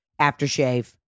aftershave